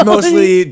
Mostly